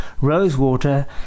rosewater